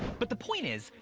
but the point is,